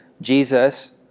Jesus